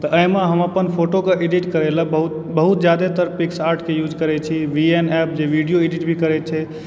तऽ एहिमे हम अपन फोटोकऽ एडिट करय लऽ बहुत ज्यादेतर पिक्स आर्टके यूज करैत छी बी एन एफ जे भीडियो एडिट भी करैत छै